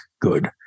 good